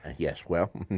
ah yes, well,